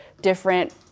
different